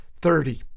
Thirty